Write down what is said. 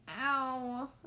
Ow